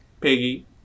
Piggy